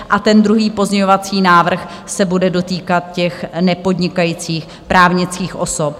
A ten druhý pozměňovací návrh se bude dotýkat těch nepodnikajících právnických osob.